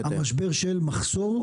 המשבר של מחסור?